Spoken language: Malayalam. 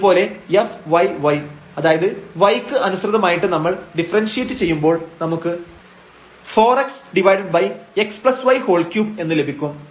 ഇതുപോലെ fyy അതായത് y ക്ക് അനുസൃതമായിട്ട് നമ്മൾ ഡിഫറെൻഷിയേറ്റ് ചെയ്യുമ്പോൾ നമുക്ക് 4xxy3 എന്ന് ലഭിക്കും